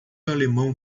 alemão